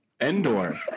Endor